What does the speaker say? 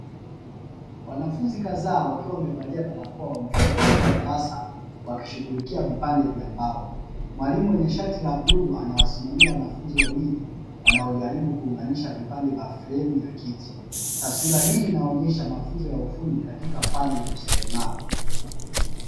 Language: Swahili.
Wanafunzi kadhaa wakiwa wamevalia barakoa wamesimama kwenye madarasa wakishughulikia vipande vya mbao, mwalimu mwenye shati la blue ana wasimamia wanafunzi wawili wanaojaribu kuunganisha vipande vya fremu ya kiti. Taswira hii inaonyesha mafunzo ya ufundi katika fani ya useremala.